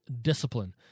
discipline